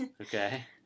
Okay